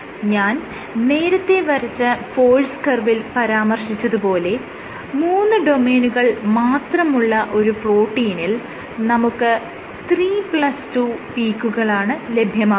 ഞാൻ നേരത്തെ വരച്ച ഫോഴ്സ് കർവിൽ പരാമർശിച്ചത് പോലെ മൂന്ന് ഡൊമെയ്നുകൾ മാത്രമുള്ള ഒരു പ്രോട്ടീനിൽ നമുക്ക് 32 പീക്കുകളാണ് ലഭ്യമാകുന്നത്